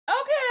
okay